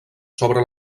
sobre